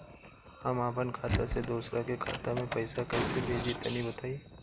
हम आपन खाता से दोसरा के खाता मे पईसा कइसे भेजि तनि बताईं?